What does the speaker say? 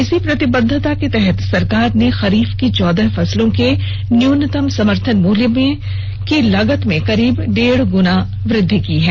इसी प्रतिबद्धता के तहत सरकार ने खरीफ की चौदह फसलों के न्यूनतम समर्थन मूल्य में लागत की करीब डेढ़ गुणा वृद्धि की है